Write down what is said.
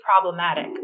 problematic